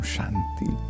Shanti